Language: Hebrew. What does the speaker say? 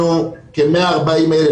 כ-140,000,